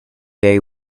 very